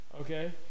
okay